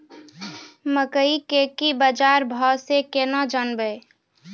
मकई के की बाजार भाव से केना जानवे?